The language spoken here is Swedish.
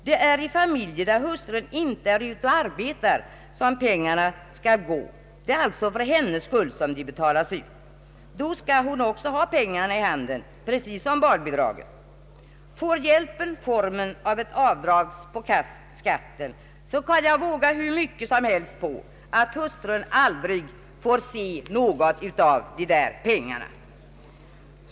Det är till familjer där hustrun inte är ute och arbetar som pengarna skall gå — det är för hennes skull pengarna betalas ut. Då skall hon också ha pengarna i handen, precis som barnbidraget. Får hjälpen formen av ett avdrag på skatten så kan jag våga hur mycket som helst på att hustrun aldrig får se pengarna.